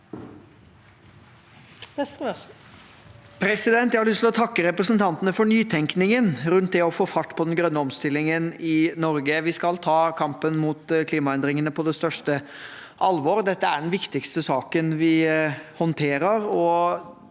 lyst til å takke representantene for nytenkningen rundt det å få fart på den grønne omstillingen i Norge. Vi skal ta kampen mot klimaendringene på det største alvor. Dette er den viktigste saken vi håndterer,